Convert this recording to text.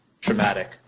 traumatic